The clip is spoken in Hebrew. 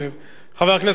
חבר הכנסת משה גפני,